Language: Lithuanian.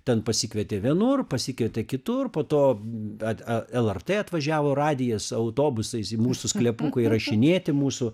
ten pasikvietė vienur pasikvietė kitur po to at lrt atvažiavo radijas su autobusais į mūsų sklepuką įrašinėti mūsų